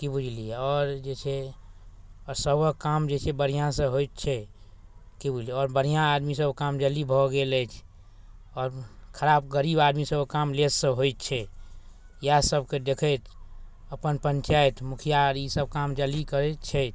कि बुझलिए आओर जे छै सभके काम जे छै बढ़िआँ से होइ छै कि बुझलिए आओर बढ़िआँ आदमीसँ काम जल्दी भऽ गेल अछि आओर खराब गरीब आदमी सभके काम लेटसँ होइ छै इएहसबके देखैत अपन पञ्चायत मुखिआ आओर ईसब काम जल्दी करै छथि